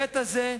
בהיבט הזה,